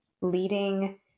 leading